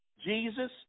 Jesus